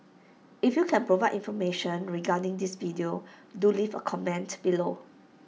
if you can provide information regarding this video do leave A comment below